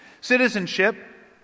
Citizenship